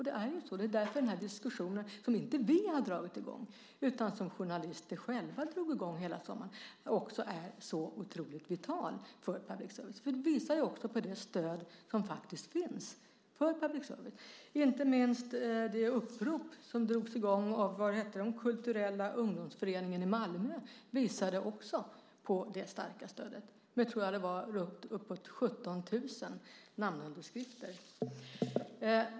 Det är så, och det är därför som den här diskussionen, som inte vi har dragit i gång utan som journalister själva drog i gång under sommaren, också är så otroligt vital för public service. Det visar på det stöd som faktiskt finns för public service. Inte minst det upprop som drogs i gång av Kulturella ungdomsföreningen i Malmö visade på det starka stödet. Jag tror att det var uppåt 17 000 namnunderskrifter.